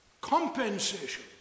compensation